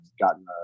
gotten